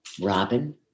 Robin